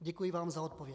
Děkuji vám za odpověď.